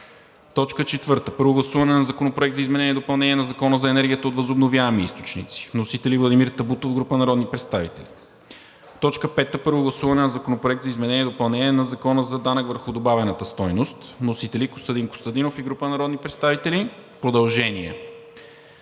2022 г. 4. Първо гласуване на Законопроекта за изменение и допълнение на Закона за енергията от възобновяеми източници. Вносители – Владимир Табутов и група народни представители, 11 март 2022 г. 5. Първо гласуване на Законопроекта за изменение и допълнение на Закона за данък върху добавената стойност. Вносители – Костадин Костадинов и група народни представители, 28 януари